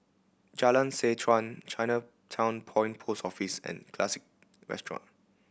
Jalan Seh Chuan Chinatown Point Post Office and Classique Restaurant